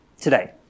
Today